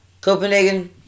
Copenhagen